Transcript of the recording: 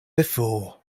before